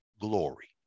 glory